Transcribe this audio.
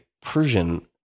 Persian